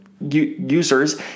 users